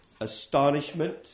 astonishment